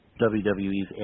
WWE's